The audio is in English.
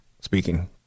speaking